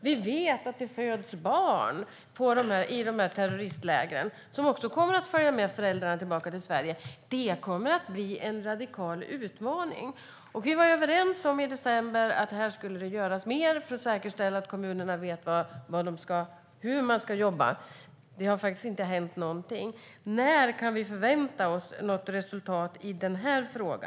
Vi vet att det föds barn i dessa terroristläger som kommer att följa med föräldrarna tillbaka till Sverige. Det kommer att bli en radikal utmaning. I december var vi överens om att det skulle göras mer för att säkerställa att kommunerna vet hur de ska jobba. Men det har inte hänt något. När kan vi förvänta oss ett resultat i denna fråga?